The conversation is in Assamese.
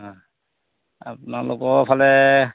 হয় আপোনালোকৰফালে